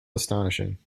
astonishing